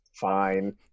Fine